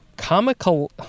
Comical